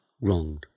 wronged